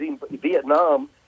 Vietnam